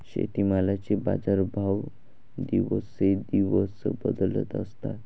शेतीमालाचे बाजारभाव दिवसेंदिवस बदलत असतात